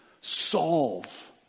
solve